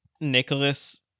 Nicholas